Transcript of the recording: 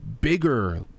bigger